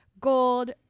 gold